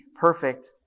perfect